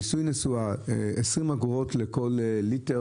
מיסוי נסועה של 20 אגורות לכל קילומטר